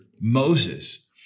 Moses